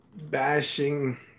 bashing